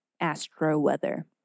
astro-weather